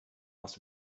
must